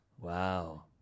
Wow